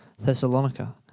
Thessalonica